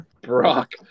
Brock